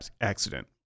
accident